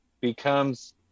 becomes